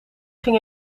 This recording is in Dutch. ging